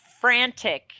Frantic